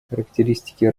характеристики